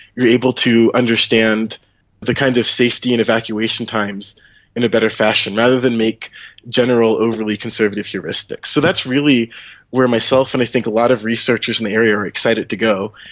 you're able to understand the kinds of safety and evacuation times in a better fashion, other than make general, overly conservative heuristics. so that's really where myself and i think a lot of researchers in the area are excited to go,